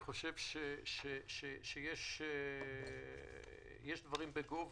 אני חושב שיש דברים בגו,